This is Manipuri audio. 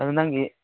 ꯑꯗꯨ ꯅꯪꯒꯤ